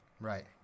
Right